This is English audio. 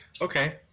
Okay